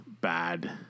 bad